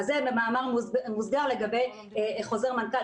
זה במאמר מוסגר לגבי חוזר מנכ"ל,